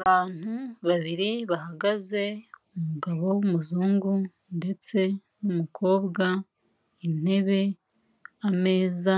Abantu babiri bahagaze, umugabo w'umuzungu ndetse n'umukobwa, intebe, ameza,